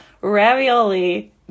ravioli